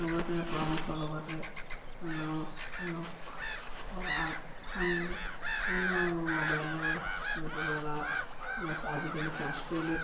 লগতে পৰামৰ্শ লগতে মোবাইলৰ ইউটিউবৰ বা আজিকালি চাৰ্ছ কৰিলে